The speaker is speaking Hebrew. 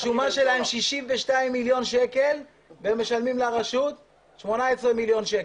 השומה שלהם היא 62 מיליון שקלים והם משלמים לרשות 18 מיליון שקלים.